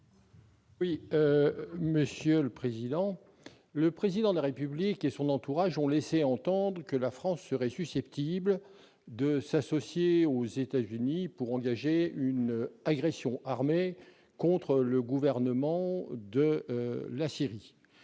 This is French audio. un rappel au règlement. Le Président de la République et son entourage ont laissé entendre que la France serait susceptible de s'associer aux États-Unis pour engager une agression armée contre le gouvernement de la Syrie.